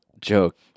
joke